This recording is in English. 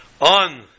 on